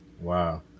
Wow